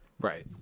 Right